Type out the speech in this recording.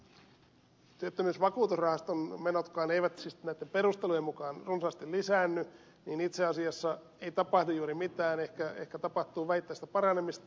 kun työttömyysvakuutusrahaston menotkaan eivät siis näitten perustelujen mukaan runsaasti lisäänny niin itse asiassa ei tapahdu juuri mitään ehkä tapahtuu vähittäistä paranemista